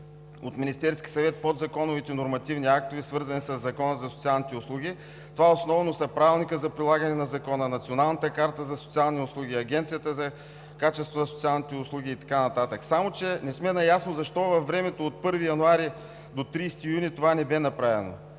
от Министерския съвет подзаконовите нормативни актове, свързани със Закона за социалните услуги. Това основно са Правилникът за прилагане на Закона, Националната карта за социални услуги, Агенцията за качеството на социалните услуги и така нататък. Само че не сме наясно защо във времето от 1 януари до 30 юни това не бе направено?